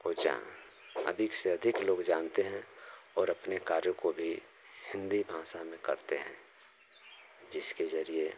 पहुँचा अधिक से अधिक लोग जानते हैं और अपने कार्य को भी हिन्दी भाषा में करते हैं